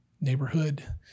neighborhood